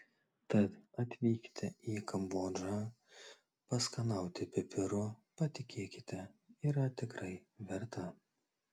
tad atvykti į kambodžą paskanauti pipirų patikėkite yra tikrai verta